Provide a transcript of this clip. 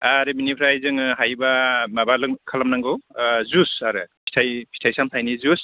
आरो बेनिफ्राय जोङो हायोबा माबा खालामनांगौ जुस आरो फिथाइ सामथायनि जुस